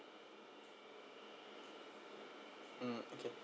mm okay